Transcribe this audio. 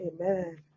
Amen